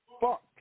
fuck